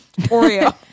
Oreo